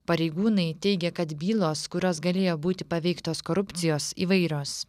pareigūnai teigia kad bylos kurios galėjo būti paveiktos korupcijos įvairios